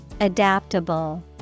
Adaptable